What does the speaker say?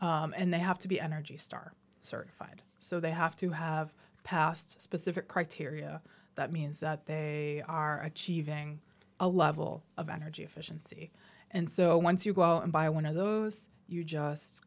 yes and they have to be energy star certified so they have to have passed specific criteria that means that they are giving a lot of will of energy efficiency and so once you go and buy one of those you just